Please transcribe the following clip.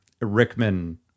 Rickman